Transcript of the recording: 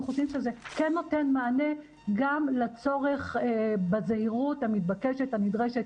חושבים שזה כן נותן מענה גם לצורך בזהירות המתבקשת והנדרשת